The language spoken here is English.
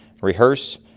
rehearse